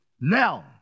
now